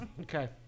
Okay